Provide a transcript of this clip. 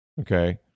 Okay